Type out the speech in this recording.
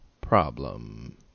problem